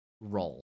role